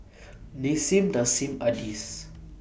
Nissim Nassim Adis